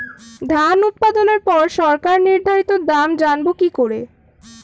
ধান উৎপাদনে পর সরকার নির্ধারিত দাম জানবো কি করে?